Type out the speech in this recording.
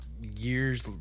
Years